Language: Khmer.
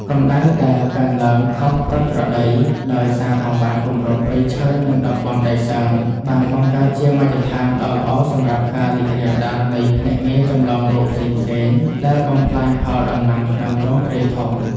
កម្ដៅដែលកើនឡើងខុសប្រក្រតីដោយសារកង្វះគម្របព្រៃឈើ និងតំបន់ដីសើម បានបង្កើតជាមជ្ឈដ្ឋានដ៏ល្អសម្រាប់ការរីករាលដាលនៃភ្នាក់ងារចម្លងរោគផ្សេងៗដែលបំផ្លាញផលដំណាំក្នុងទ្រង់ទ្រាយធំ។